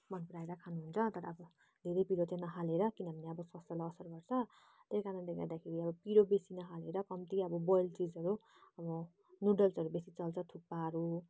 मन पराएर खानुहुन्छ तर अब धेरै पिरो चाहिँ नहालेर किनभने अब स्वस्थ्यलाई असर गर्छ त्यही कारणले गर्दाखेरि अब पिरो बेसी नहालेर कम्ती अब बोइल्ड चिजहरू अब नुडल्सहरू बेसी चल्छ थुक्पाहरू